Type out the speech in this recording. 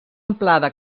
amplada